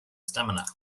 stamina